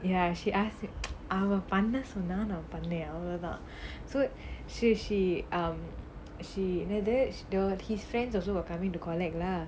ya she asked அவ பண்ண சொன்ன நான் பண்ணேன்:ava panna sonna naan pannaen so so she um she then the his friends also were coming to collect lah